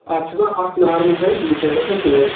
اَتھ چھِ آسان اکھ نارمَل سایِڈ بیٚیہِ سایڈٕ آسان شیڈ